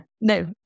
no